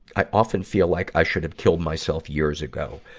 i often feel like i should have killed myself years ago.